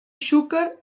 xúquer